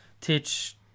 teach